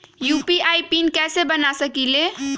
UPI के PIN कैसे बना सकीले?